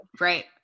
Right